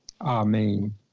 Amen